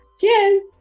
cheers